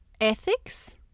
ethics